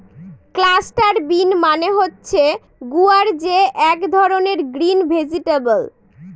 cluster bean মানে হচ্ছে গুয়ার যে এক ধরনের গ্রিন ভেজিটেবল